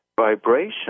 vibration